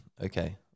okay